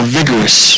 vigorous